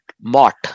Mott